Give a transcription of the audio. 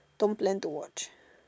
don't plan to watch